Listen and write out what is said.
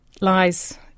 lies